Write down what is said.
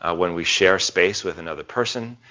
ah when we share space with another person.